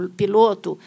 piloto